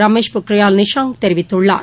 ரமேஷ் பொக்ரியால் நிஷாங்க் தெரிவித்துள்ளார்